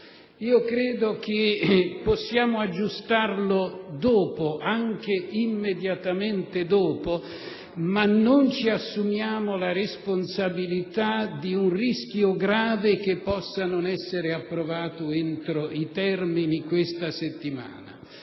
decreto. Possiamo aggiustarlo dopo (anche immediatamente dopo), ma non ci assumiamo la responsabilità del rischio grave che possa non essere approvato questa settimana